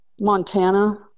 Montana